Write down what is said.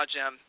Jim